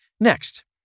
Next